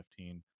2015